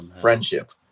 Friendship